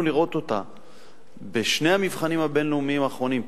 לראות בשני המבחנים הבין-לאומיים האחרונים,